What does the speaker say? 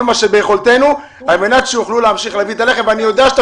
מה שביכולתנו על מנת שיוכלו להמשיך להביא את הלחם ואני יודע שאתה